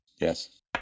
Yes